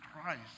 Christ